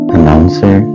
Announcer